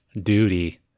duty